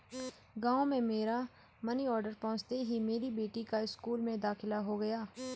गांव में मेरा मनी ऑर्डर पहुंचते ही मेरी बेटी का स्कूल में दाखिला हो गया